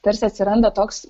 tarsi atsiranda toks